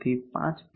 થી 500 p